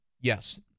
Yes